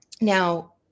Now